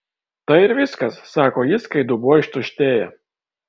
tai ir viskas sako jis kai dubuo ištuštėja